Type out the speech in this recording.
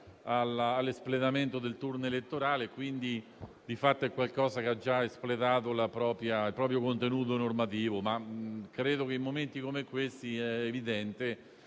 all'espletamento del turno elettorale e, quindi, di fatto è qualcosa che ha già espletato il proprio contenuto normativo. Credo però che in momenti come questi sia evidente